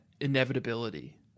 inevitability